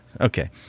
Okay